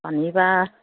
শনিবাৰ